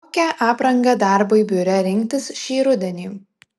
kokią aprangą darbui biure rinktis šį rudenį